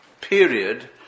period